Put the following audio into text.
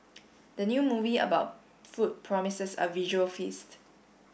the new movie about food promises a visual feast